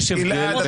גלעד,